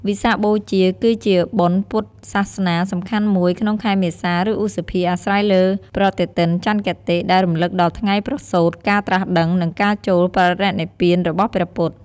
វិសាខបូជាគឺជាបុណ្យពុទ្ធសាសនាសំខាន់មួយក្នុង ខែមេសា ឬឧសភាអាស្រ័យលើប្រតិទិនចន្ទគតិ ដែលរំលឹកដល់ថ្ងៃប្រសូតការត្រាស់ដឹង និងការចូលបរិនិព្វានរបស់ព្រះពុទ្ធ។